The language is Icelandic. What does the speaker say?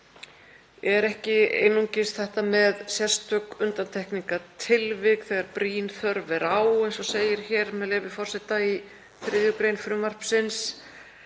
er ekki einungis þetta með sérstök undantekningartilvik þegar brýn þörf er á, eins og segir hér, með leyfi forseta, í 3. gr. frumvarpsins.